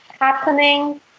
happening